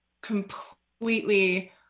completely